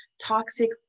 toxic